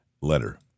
letter